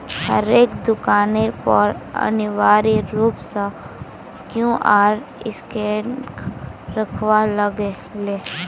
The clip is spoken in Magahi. हरेक दुकानेर पर अनिवार्य रूप स क्यूआर स्कैनक रखवा लाग ले